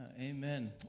Amen